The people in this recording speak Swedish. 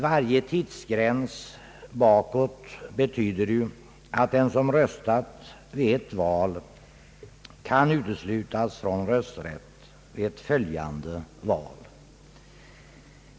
Varje tidsgräns bakåt betyder ju att den som röstat vid ett val kan uteslutas från rösträtt vid ett följande val.